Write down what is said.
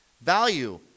Value